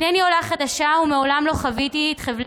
אינני עולה חדשה ומעולם לא חוויתי את חבלי